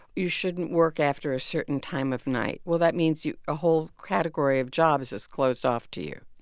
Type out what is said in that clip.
you shouldn't work after a certain time of night. well, that means you a whole category of jobs just closed off to you.